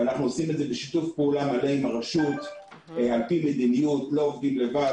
ואנו עושים זאת בשיתוף פעולה עם הרשות לפי מדיניות לא עובדים לבד,